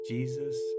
Jesus